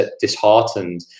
disheartened